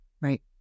right